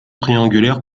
triangulaire